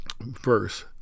verse